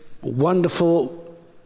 wonderful